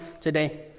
Today